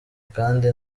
kandi